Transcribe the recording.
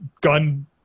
gun